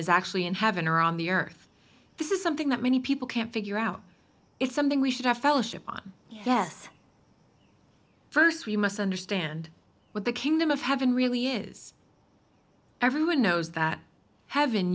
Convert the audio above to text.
is actually in heaven or on the earth this is something that many people can't figure out it's something we should have fellowship on yes st we must understand what the kingdom of heaven really is everyone knows that heaven